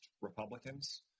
Republicans